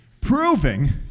proving